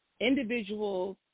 individuals